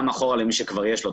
גם אחורה למי שכבר יש לו,